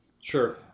Sure